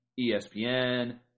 ESPN